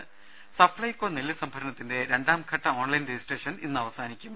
ദദ സപ്പൈകോ നെല്ല് സംഭരണത്തിന്റെ രണ്ടാംഘട്ട ഓൺലൈൻ രജിസ്ട്രേഷൻ ഇന്ന് അവസാനിക്കും